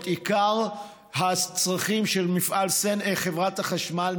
את עיקר הצרכים של חברת החשמל,